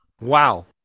Wow